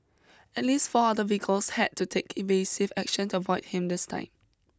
at least four other vehicles had to take evasive action to avoid him this time